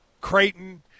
Creighton